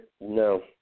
no